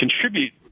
contribute